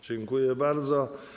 Dziękuję bardzo.